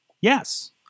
yes